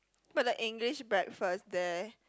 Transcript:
but the English breakfast there